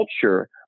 culture